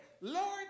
Lord